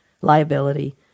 liability